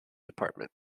department